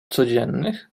codziennych